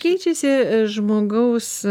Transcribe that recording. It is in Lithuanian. keičiasi žmogaus